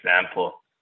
example